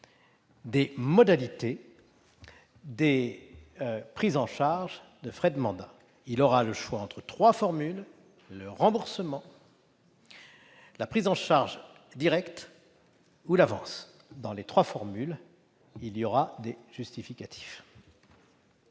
des modalités de la prise en charge des frais de mandat. Il aura le choix entre trois formules : le remboursement, la prise en charge directe ou l'avance. Dans les trois cas, des justificatifs